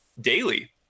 daily